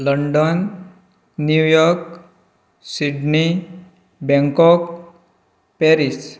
London New York Sydney Bangkok Paris